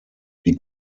wie